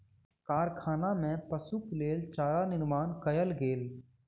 कारखाना में पशुक लेल चारा निर्माण कयल गेल